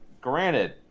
granted